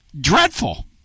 Dreadful